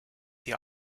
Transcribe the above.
the